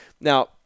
Now